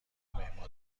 مهماندار